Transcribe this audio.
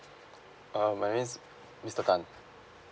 uh my name is mister tan